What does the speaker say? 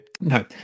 No